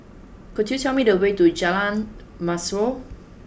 could you tell me the way to Jalan Mashhor